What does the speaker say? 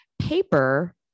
paper